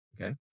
okay